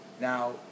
Now